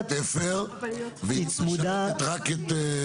-- היא כאילו עכשיו בתפר והיא משרתת רק את?